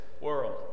world